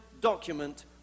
document